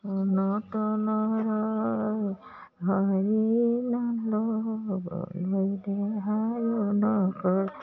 মনতো নৰয় হৰি নাম ল'বলৈ দেহায়ো নকয়